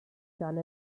done